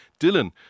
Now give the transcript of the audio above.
Dylan